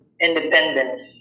independence